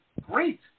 great